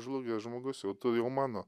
žlugęs žmogus jau tu jau mano